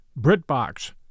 BritBox